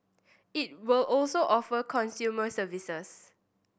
it will also offer consumer services